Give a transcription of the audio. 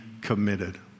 committed